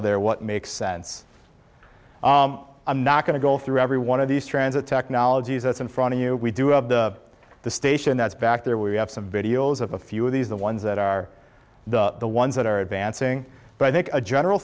of there what makes sense i'm not going to go through every one of these transit technologies that's in front of you we do have the the station that's back there we have some videos of a few of these the ones that are the ones that are advancing but i think a general